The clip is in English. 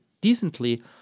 decently